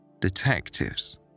detectives